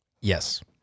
Yes